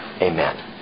Amen